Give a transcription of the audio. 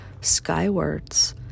skywards